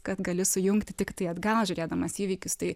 kad gali sujungti tiktai atgal žiūrėdamas įvykius tai